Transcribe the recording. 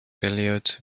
beloit